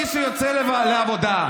מי שיוצא לעבודה,